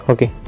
Okay